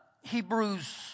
Hebrews